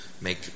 make